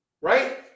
right